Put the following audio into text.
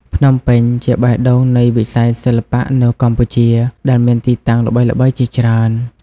ភ្នំពេញជាបេះដូងនៃវិស័យសិល្បៈនៅកម្ពុជា ដែលមានទីតាំងល្បីៗជាច្រើន។